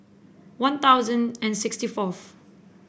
One Thousand and sixty fourth